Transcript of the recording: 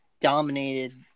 dominated